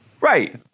Right